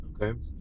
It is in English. Okay